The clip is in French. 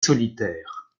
solitaire